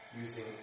using